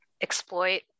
exploit